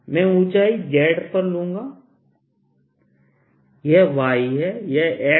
मैं ऊंचाई z पर लूंगा यह y है यह x है